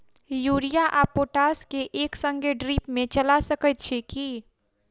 Urea आ potash केँ एक संगे ड्रिप मे चला सकैत छी की?